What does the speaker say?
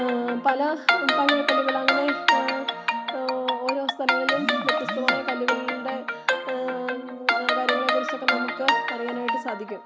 പല പല അങ്ങനെ ഓരോ സ്ഥലങ്ങളിലും വ്യത്യസ്തമായ കല്ലുകളുണ്ട് കല്ലുകളെക്കുറിച്ചൊക്കെ നമുക്ക് അറിയാനായിട്ട് സാധിക്കും